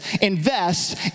Invest